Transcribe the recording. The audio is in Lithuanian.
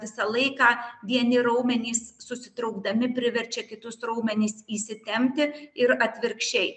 visą laiką vieni raumenys susitraukdami priverčia kitus raumenis įsitempti ir atvirkščiai